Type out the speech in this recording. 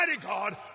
God